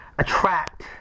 attract